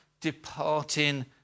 departing